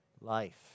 life